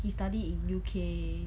he study in U_K